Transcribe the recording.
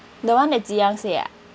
the [one] the Tze Yang say ah